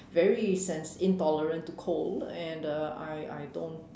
very sens~ intolerant to cold and uh I I don't